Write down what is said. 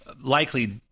likely